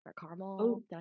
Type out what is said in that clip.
caramel